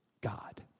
God